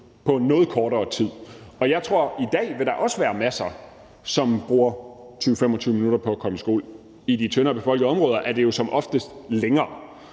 på noget kortere tid end 1 time. Jeg tror, at der i dag også vil være mange, som bruger 20-25 minutter på at komme i skole. I de tyndere befolkede områder er det jo som oftest længere.